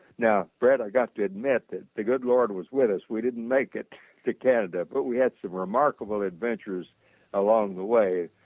now, brett i got to admit that the good lord was with us we didn't make it to canada but we had some remarkable adventures along the way.